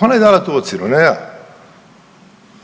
ona je dala tu ocjenu, ne ja.